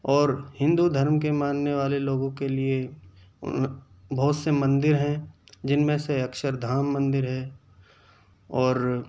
اور ہندو دھرم کے ماننے والے لوگوں کے لیے بہت سے مندر ہیں جن میں سے اکچھردھام مندر ہے اور